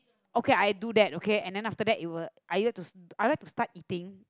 okay I do that okay and then after that you will aye I like to start eating